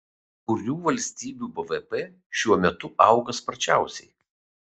kurių valstybių bvp šiuo metu auga sparčiausiai